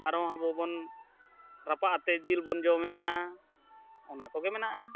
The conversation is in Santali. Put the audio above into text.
ᱟᱨᱦᱚᱸ ᱟᱵᱚ ᱵᱚᱱ ᱨᱟᱯᱟᱜ ᱟᱛᱮᱫ ᱡᱤᱞᱵᱚᱱ ᱡᱚᱢᱮᱜᱼᱟ ᱚᱱᱟ ᱠᱚᱜᱮ ᱢᱮᱱᱟᱜᱼᱟ